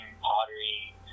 pottery